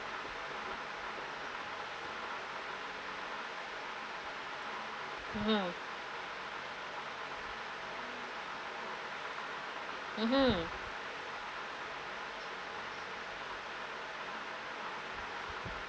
mmhmm mmhmm